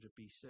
BC